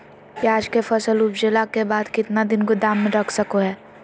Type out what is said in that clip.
प्याज के फसल उपजला के बाद कितना दिन गोदाम में रख सको हय?